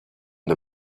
the